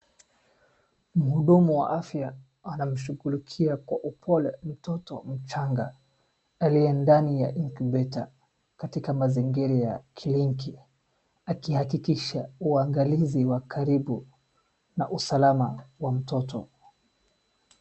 Mhudumu wa afya anamshugulikia kwa pole mtoto mchanga aliye ndani ya [cs incubator katika mazingira ya kliniki akihakikisha uangalizi wa karibu na usalama wa mtoto.